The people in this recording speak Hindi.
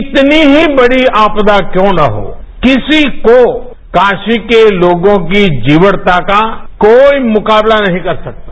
कितनी ही बड़ी आपदा न्यों न हो किसी को काशी के लोगों की जीवटता का कोई मुकाबला नहीं कर सकता